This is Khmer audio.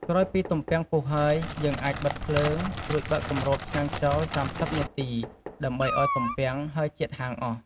ក្រោយពីទំពាំងពុះហើយ យើងអាចបិទភ្លើង រួចបើកគំរបឆ្នាំងចោល ៣០នាទី ដើម្បីឱ្យទំពាំងហើរជាតិហាងអស់។